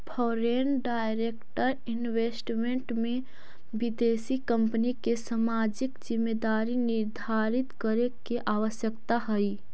foreign direct investment में विदेशी कंपनिय के सामाजिक जिम्मेदारी निर्धारित करे के आवश्यकता हई